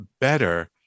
better